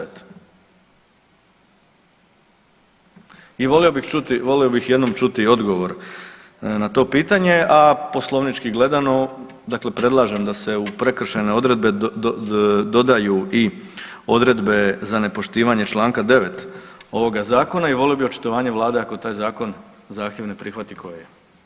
I volio bih čuti, volio bih jednom čuti odgovor na to pitanje, a poslovnički gledano dakle predlažem da se u prekršajne odredbe dodaju i odredbe za nepoštivanje čl. 9. ovoga zakona i volio bi očitovanje vlade ako taj zakon, zahtjev ne prihvati koji je.